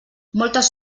moltes